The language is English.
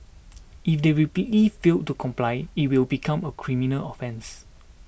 if they repeatedly fail to comply it will become a criminal offence